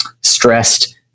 stressed